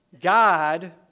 God